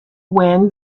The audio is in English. when